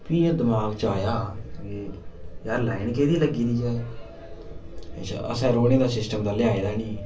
फ्ही इ'यां दमाग च आया यार लाइन कैह्दी लग्गी दी ऐ अच्छा असें रौंह्ने दा सिस्टम ते लेआए दा निं